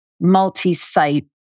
multi-site